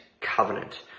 covenant